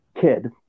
kid